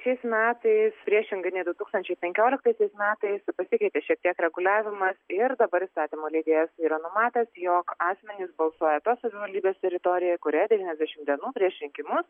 šiais metais priešingai nei du tūkstančiai penkioliktaisiais metais pasikeitė šiek tiek reguliavimas ir dabar įstatymų leidėjas yra numatęs jog asmenys balsuoja tos savivaldybės teritorijoj kurioje devyniasdešimt dienų prieš rinkimus